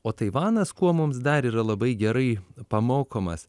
o taivanas kuo mums dar yra labai gerai pamokomas